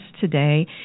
today